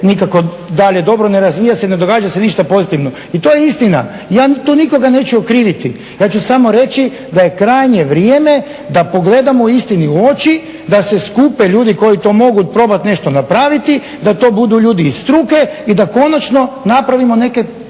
nikako dalje dobro, ne razvija se, ne događa se ništa pozitivno i to je istina. Ja to nikoga neću okriviti. Ja ću samo reći da je krajnje vrijeme da pogledamo istini u oči, da se skupe ljudi koji to mogu probat nešto napraviti, da to budu ljudi iz struke i da konačno napravimo neke